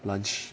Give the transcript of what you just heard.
lunch